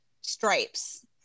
Stripes